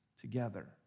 together